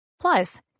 Plus